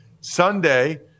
Sunday